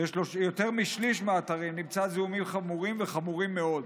ביותר משליש מהאתרים נמצאו זיהומים חמורים וחמורים מאוד.